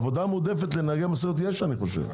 עבודה מועדפת לנהגי משאיות יש אני חושב.